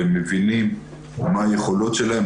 אנחנו לומדים מה היכולות שלהם,